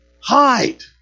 hide